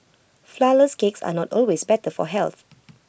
Flourless Cakes are not always better for health